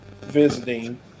visiting